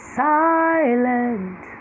silent